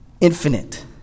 infinite